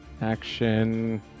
action